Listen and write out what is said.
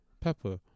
Pepper